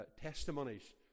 testimonies